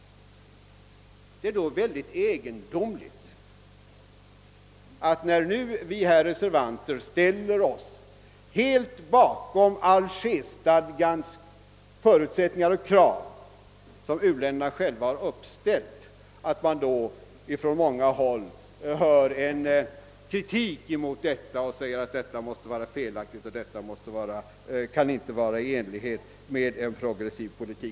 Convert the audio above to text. — Det är då synnerligen egendomligt att det, när vi reservanter nu ställer oss helt bakom algerstadgans förutsättningar och de krav som u-länderna själva har uppställt, framförs kritik och hävdas att detta måste vara felaktigt och inte är i överensstämmelse med en progressiv politik.